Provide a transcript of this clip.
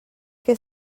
que